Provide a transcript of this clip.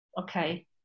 okay